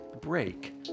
break